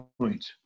point